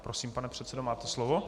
Prosím, pane předsedo, máte slovo.